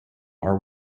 are